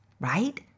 Right